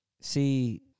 see